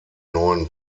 neuen